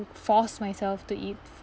force myself to eat